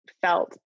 felt